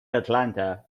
atlanta